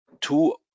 two